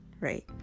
right